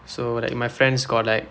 so like my friends got like